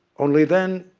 only then,